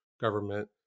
government